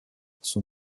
son